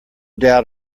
doubt